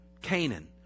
Canaan